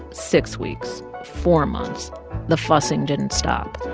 six weeks, four months the fussing didn't stop.